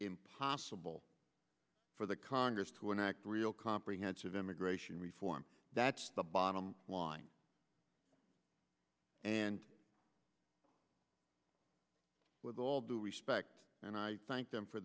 impossible for the congress to enact real comprehensive immigration reform that's the bottom line and with all due respect and i thank them for